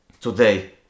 today